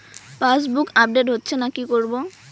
Passbook update হচ্ছেনা কি করবো?